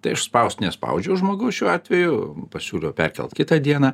tai aš spaust nespaudžiau žmogaus šiuo atveju pasiūliau perkelt kitą dieną